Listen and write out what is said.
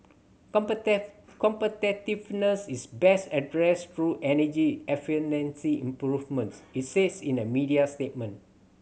competitiveness is best addressed through energy efficiency improvements it said in a media statement